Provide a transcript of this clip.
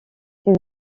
ses